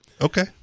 Okay